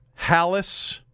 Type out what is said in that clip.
Hallis